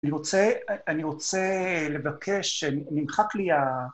אני רוצה, אני רוצה לבקש, נמחק לי ה...